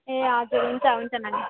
ए हजुर हुन्छ हुन्छ नानी